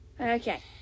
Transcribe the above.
Okay